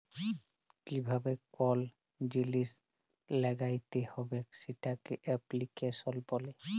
কিভাবে কল জিলিস ল্যাগ্যাইতে হবেক সেটকে এপ্লিক্যাশল ব্যলে